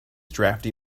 drafty